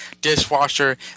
dishwasher